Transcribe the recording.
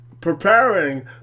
preparing